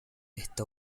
está